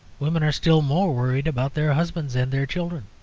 women are still more worried about their husbands and their children.